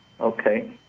Okay